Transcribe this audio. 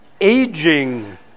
aging